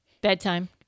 bedtime